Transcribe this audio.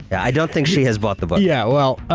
i don't think she has bought the book. yeah. well,